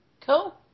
Cool